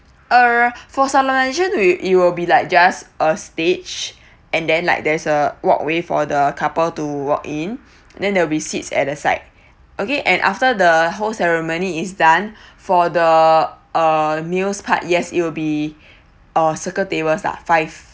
uh for solemnisation will it will be like just a stage and then like there's a walkway for the couple to walk in then there will be seats at the side okay and after the whole ceremony is done for the uh meals part yes it will be uh circle tables lah five